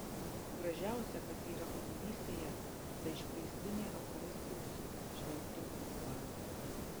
gražiausia kas yra kunigystėje ta išplėstinė eucharistijos šventimo forma